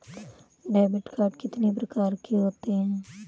Debit card कितनी प्रकार के होते हैं?